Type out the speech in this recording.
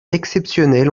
exceptionnelles